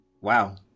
Wow